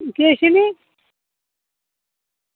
किश निं